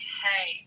hey